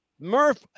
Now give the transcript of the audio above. Murph